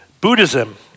Buddhism